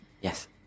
Yes